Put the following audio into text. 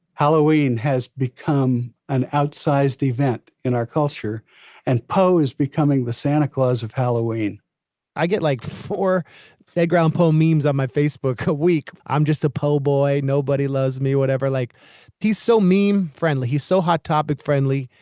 halloween has become an outsized event in our culture and po is becoming the santa claus of halloween i get like for their ground paul means on my facebook a week. i'm just a po boy. nobody loves me whatever like he's so mean. friendly. he's so hot topic friendly.